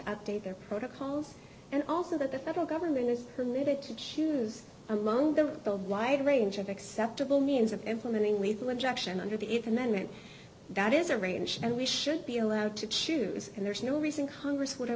update their protocols and also that the federal government is permitted to choose among the wide range of acceptable means of implementing lethal injection under the if amendment that is arranged and we should be allowed to choose and there's no reason congress would have